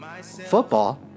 football